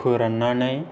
फोराननानै